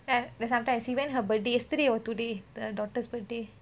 and then sometimes I see when her birthday yesterday or today the daughter's birthday